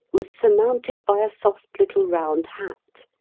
was surmounted by a soft, little, round hat,